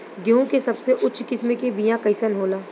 गेहूँ के सबसे उच्च किस्म के बीया कैसन होला?